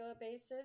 basis